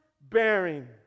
bearing